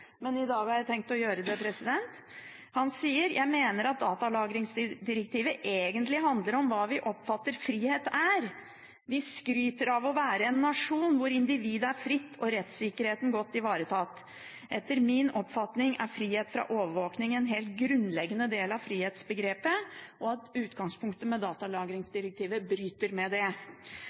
men i dag har jeg tenkt å gjøre det. Han sa: «Jeg mener at datalagringsdirektivet egentlig handler om hva vi oppfatter at frihet er. Vi skryter av å være en nasjon hvor individet er fritt og rettssikkerheten godt ivaretatt. Etter min oppfatning er frihet fra overvåking en helt grunnleggende del av frihetsbegrepet.» Han sa også at utgangspunktet for datalagrinsdirektivet bryter med det.